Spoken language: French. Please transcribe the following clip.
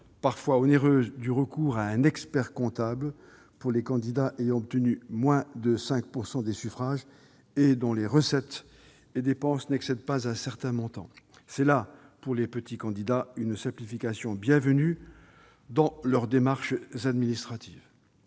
parfois onéreuse, de recourir à un expert-comptable pour les candidats ayant obtenu moins de 5 % des suffrages et dont les recettes et dépenses n'excèdent pas un certain montant. C'est là, pour les petits candidats, une simplification bienvenue de leurs démarches administratives.